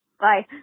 Bye